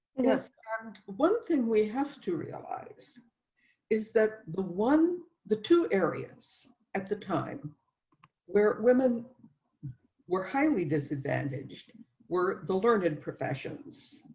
and one thing we have to realize is that the one, the two areas at the time where women were highly disadvantaged and were the learned professions,